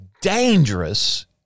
dangerous